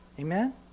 Amen